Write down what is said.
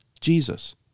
Jesus